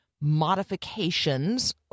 modifications